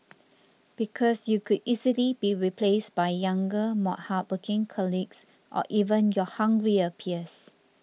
because you could easily be replaced by younger more hard working colleagues or even your hungrier peers